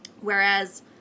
Whereas